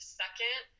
second